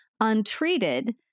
Untreated